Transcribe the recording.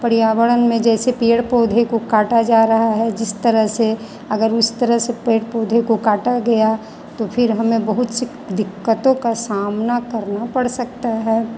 पर्यावरण में जैसे पेड़ पौधे को काटा जा रहा है जिस तरह से अगर उस तरह से पेड़ पौधे को काटा गया तो फिर हमें बहुत सी दिक्कतों का सामना करना पड़ सकता है